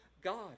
God